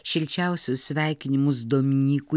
šilčiausius sveikinimus dominykui